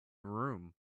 room